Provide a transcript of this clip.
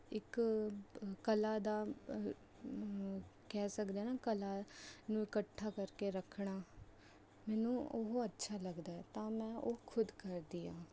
ਇੱਕ ਕਲਾ ਦਾ ਕਹਿ ਸਕਦੇ ਹਾਂ ਨਾ ਕਲਾ ਨੂੰ ਇਕੱਠਾ ਕਰਕੇ ਰੱਖਣਾ ਮੈਨੂੰ ਉਹ ਅੱਛਾ ਲੱਗਦਾ ਹੈ ਤਾਂ ਮੈਂ ਉਹ ਖੁਦ ਕਰਦੀ ਹਾਂ